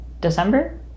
December